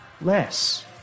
less